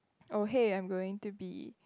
oh hey I'm going to be